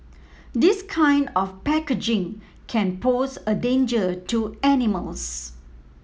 this kind of packaging can pose a danger to animals